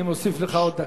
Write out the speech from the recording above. אני מוסיף לך עוד דקה.